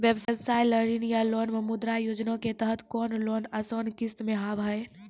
व्यवसाय ला ऋण या लोन मे मुद्रा योजना के तहत कोनो लोन आसान किस्त मे हाव हाय?